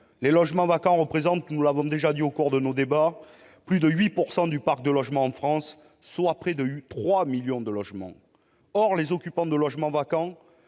Les logements vacants représentent, nous l'avons déjà dit au cours de nos débats, plus de 8 % du parc de logements en France, soit près de 3 millions de logements. Or les occupants de logements vacants